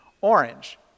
orange